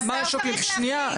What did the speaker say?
זה השר צריך להחליט.